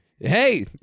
Hey